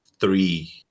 three